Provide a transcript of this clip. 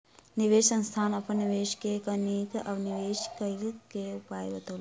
निवेश संस्थान अपन निवेशक के नीक निवेश करय क उपाय बतौलक